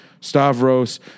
Stavros